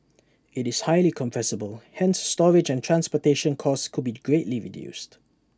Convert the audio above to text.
IT is highly compressible hence storage and transportation costs could be greatly reduced